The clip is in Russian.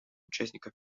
участников